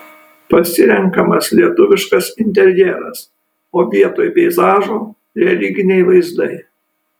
pasirenkamas lietuviškas interjeras o vietoj peizažo religiniai vaizdai